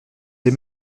des